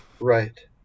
Right